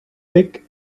dick